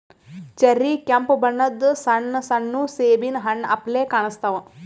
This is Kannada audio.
ಚೆರ್ರಿ ಕೆಂಪ್ ಬಣ್ಣದ್ ಸಣ್ಣ ಸಣ್ಣು ಸೇಬಿನ್ ಹಣ್ಣ್ ಅಪ್ಲೆ ಕಾಣಸ್ತಾವ್